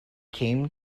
came